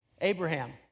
Abraham